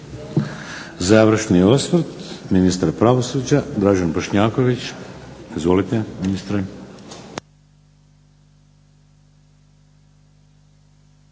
Završni osvrt, ministar pravosuđa Dražen Bošnjaković. Izvolite.